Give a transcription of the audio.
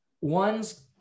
one's